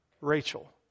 Rachel